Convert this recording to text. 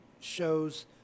shows